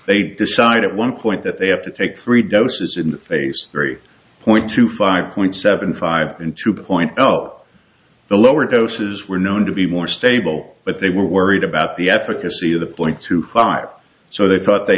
they decide at one point that they have to take three doses in the face three point two five point seven five in two point zero the lower doses were known to be more stable but they were worried about the efficacy of the point two five so they thought they